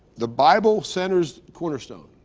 the bible centers cornerstone.